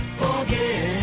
forget